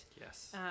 yes